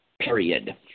period